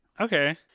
okay